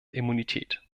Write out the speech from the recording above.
immunität